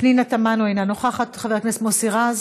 פנינה תמנו, אינה נוכחת, חבר הכנסת מוסי רז,